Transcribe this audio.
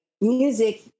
music